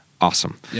awesome